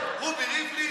רובי ריבלין.